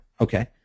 okay